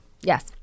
Yes